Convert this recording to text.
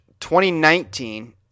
2019